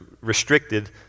restricted